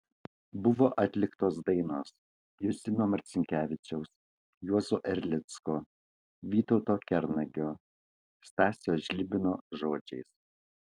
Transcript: buvo atliktos dainos justino marcinkevičiaus juozo erlicko vytauto kernagio stasio žlibino žodžiais